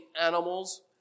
animals